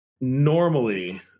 normally